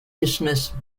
dismissed